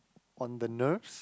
on the nerves